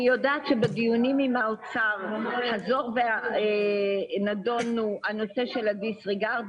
אני יודעת שבדיונים עם האוצר חזר ונדון הנושא של הדיסריגרד,